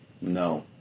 No